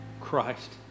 Christ